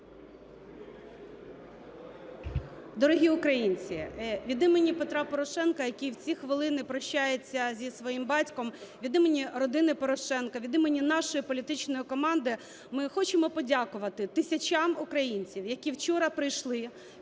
Дорогі українці! Від імені Петра Порошенка, який в ці хвилини прощається зі своїм батьком, від імені родини Порошенка, від імені нашої політичної команди ми хочемо подякувати тисячам українців, які вчора прийшли